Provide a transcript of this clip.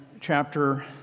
chapter